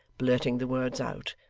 blurting the words out,